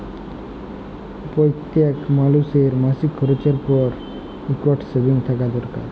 প্যইত্তেক মালুসের মাসিক খরচের পর ইকট সেভিংস থ্যাকা দরকার